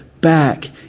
back